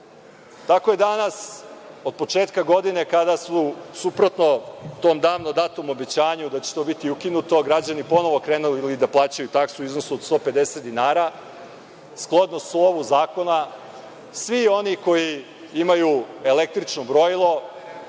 zakona. Tako danas od početka godine kada su, suprotno tom davno datom obećanju da će to biti ukinuto, građani ponovo krenuli da plaćaju taksu u iznosu od 150 dinara, shodno slovu zakona, svi oni koji imaju električno brojilo